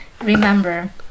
Remember